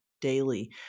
daily